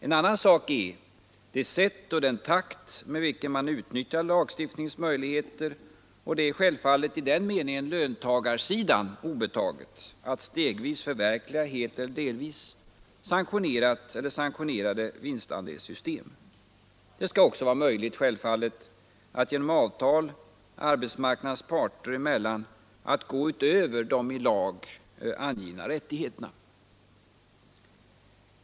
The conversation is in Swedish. En annan sak är det sätt och den takt med vilken man utnyttjar lagstiftningens möjligheter, och där är självfallet i den meningen löntagarsidan obetaget att stegvis förverkliga helt eller delvis sanktionerat eller sanktionerade vinstandelssystem. Det skall också vara möjligt att genom avtal arbetsmarknadens parter emellan gå utöver de i lag angivna rättigheterna.